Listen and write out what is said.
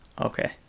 Okay